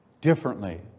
differently